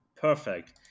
perfect